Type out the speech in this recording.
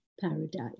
paradise